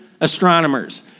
astronomers